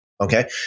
Okay